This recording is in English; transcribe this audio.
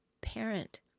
parent